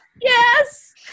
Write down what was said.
yes